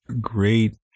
great